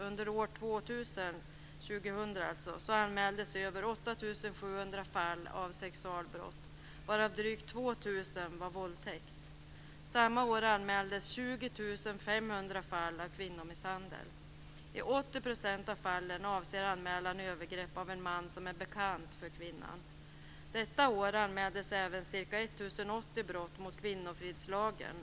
Under år 2000 anmäldes över 8 700 fall av sexualbrott varav drygt 2 000 var våldtäkt. Samma år anmäldes 20 500 fall av kvinnomisshandel. I 80 % av fallen avser anmälan övergrepp av en man som är bekant för kvinnan. Detta år anmäldes även ca 1 080 brott mot kvinnofridslagen.